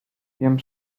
wiem